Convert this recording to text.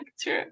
true